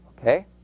Okay